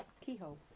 keyhole